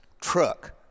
truck